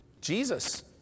Jesus